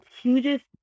hugest